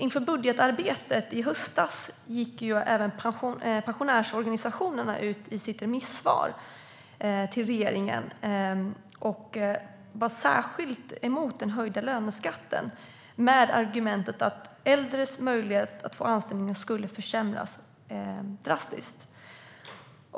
Inför budgetarbetet i höstas skrev pensionärsorganisationerna i sitt remissvar till regeringen att de var särskilt emot den höjda löneskatten, med argumentet att äldres möjlighet att få anställning skulle försämras drastiskt.